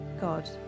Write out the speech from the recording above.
God